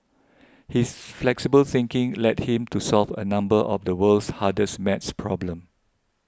his flexible thinking led him to solve a number of the world's hardest maths problems